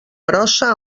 grossa